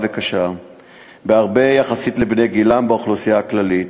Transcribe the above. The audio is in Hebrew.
וקשה בהרבה יחסית לבני-גילם באוכלוסייה הכללית.